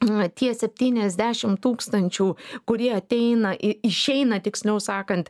na tie septyniasdešimt tūkstančių kurie ateina į išeina tiksliau sakant